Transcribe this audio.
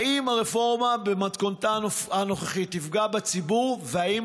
השאלה היא אחת: האם הרפורמה במתכונתה הנוכחית תפגע בציבור והאם